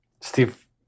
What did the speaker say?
Steve